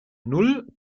null